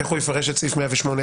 איך הוא יפרש את סעיף 108א,